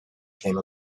came